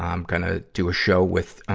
i'm gonna do a show with, ah,